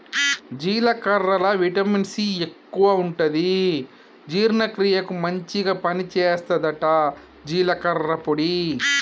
జీలకర్రల vitamin C ఎక్కువుంటది జీర్ణ క్రియకు మంచిగ పని చేస్తదట జీలకర్ర పొడి